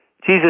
Jesus